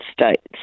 States